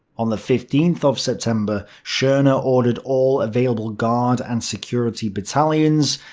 on the fifteenth of september, schorner ordered all available guard and security battalions,